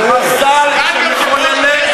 עכשיו, הדבר הכי גדול,